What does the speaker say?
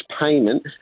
payment